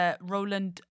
Roland